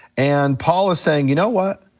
and paul is saying, you know what,